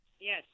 Yes